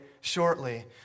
shortly